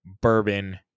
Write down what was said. bourbon